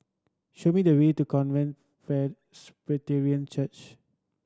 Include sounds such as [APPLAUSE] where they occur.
show me the way to Covenant [UNINTELLIGIBLE] Church